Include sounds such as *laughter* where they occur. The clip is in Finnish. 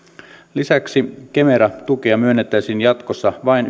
lisäksi kemera tukea myönnettäisiin jatkossa vain *unintelligible*